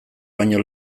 baino